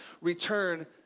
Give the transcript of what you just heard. Return